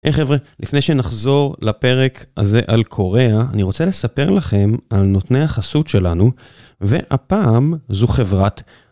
היי חבר'ה, לפני שנחזור לפרק הזה על קוריאה, אני רוצה לספר לכם על נותני החסות שלנו, והפעם זו חברת...